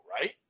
right